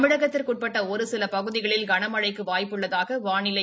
தமிழகத்திற்கு உட்பட்ட ஒரு சில பகுதிகளில் கன மழைக்கு வாய்ப்பு உள்ளதாக வானிலை